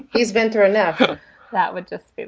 he's been through enough that would just.